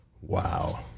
Wow